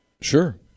Sure